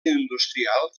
industrial